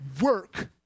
work